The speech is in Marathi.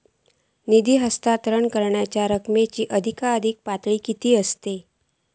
निधी हस्तांतरण करण्यांच्या रकमेची अधिकाधिक पातळी किती असात?